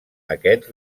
aquest